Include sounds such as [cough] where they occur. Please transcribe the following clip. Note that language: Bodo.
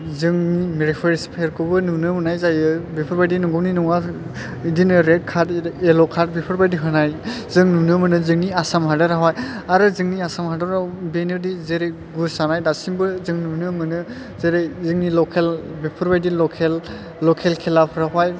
जों बेफोर [unintelligible] नुनो मोननाय जायो बेफोरबादिनि नोंगौनि नङानि इदिनो रेद खार्द येल्ल' खार्द बेफोरबादि होनाय जों नुनो मोनो जोंनि आसाम हादरावहाय आरो जोंनि आसाम हादराव बेनोदि जेरै गुस जानाय दासिमबो जों नुनो मोनो जेरै जोंनि लखेल बेफोरबादि लखेल खेलाफ्रावहाय